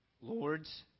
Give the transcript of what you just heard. Lords